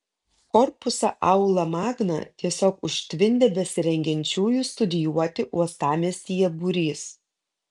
korpusą aula magna tiesiog užtvindė besirengiančiųjų studijuoti uostamiestyje būrys